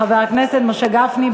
חבר הכנסת משה גפני.